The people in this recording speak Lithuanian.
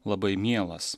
labai mielas